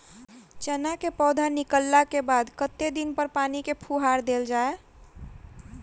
चना केँ पौधा निकलला केँ बाद कत्ते दिन पर पानि केँ फुहार देल जाएँ?